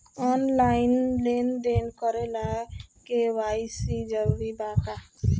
Online लेन देन करे ला के.वाइ.सी जरूरी बा का?